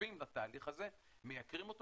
שנוספים לתהליך הזה, מייקרים אותו